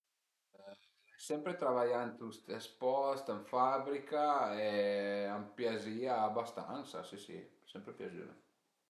Sempre travaià ënt lë stes post ën fabrica e a m'piazìa abastansa, si si, al e sempre piazume